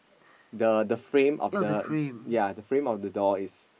the the frame of the ya the frame of the door is